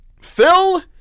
Phil